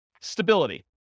Stability